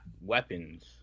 weapons